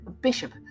bishop